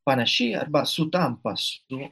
panaši arba sutampta su